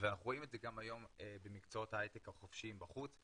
ואנחנו רואים את זה גם היום במקצועות ההייטק החופשיים בחוץ,